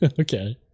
Okay